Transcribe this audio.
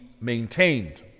maintained